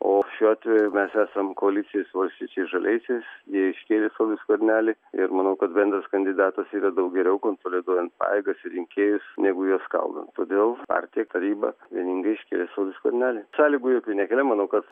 o šiuo atveju mes esam koalicijoj su valstiečiais žaliaisiais jie iškėlė saulių skvernelų ir manau kad bendras kandidatas yra daug geriau konsoliduojant pajėgas į rinkėjus negu juos skaldant todėl partija taryba vieningai iškėlė saulių skvernelį sąlygų jokių nekelia manau kad